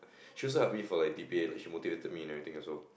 she also help me for like debate she motivated me and everything also